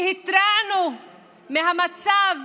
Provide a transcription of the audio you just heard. והתרענו על המצב